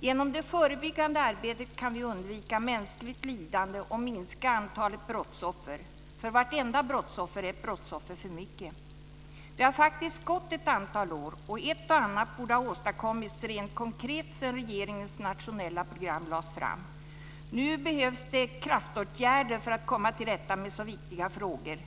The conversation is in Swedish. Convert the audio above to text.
Genom det förebyggande arbetet kan vi undvika mänskligt lidande och minska antalet brottsoffer, för vartenda brottsoffer är ett brottsoffer för mycket. Det har faktiskt gått ett antal år, och ett och annat borde ha åstadkommits rent konkret sedan regeringens nationella program lades fram. Nu behövs det kraftåtgärder för att komma till rätta med så viktiga frågor.